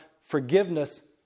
forgiveness